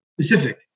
specific